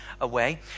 away